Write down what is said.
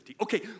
Okay